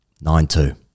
Nine-two